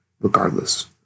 regardless